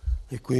Děkuji.